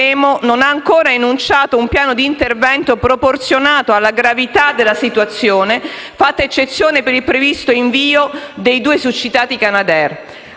non ha ancora enunciato un piano di intervento proporzionato alla gravità della situazione, fatta eccezione per il previsto invio dei succitati due Canadair.